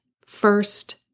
first